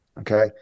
Okay